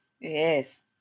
Yes